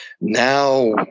now